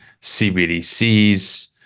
CBDCs